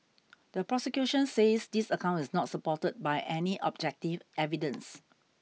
the prosecution says this account is not supported by any objective evidence